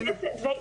נכון.